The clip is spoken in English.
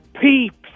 peeps